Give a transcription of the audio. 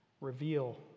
reveal